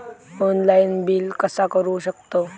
Online bill कसा करु शकतव?